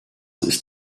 ist